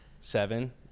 seven